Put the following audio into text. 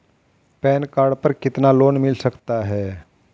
Pan card पर कितना loan मिल सकता है?